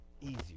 easier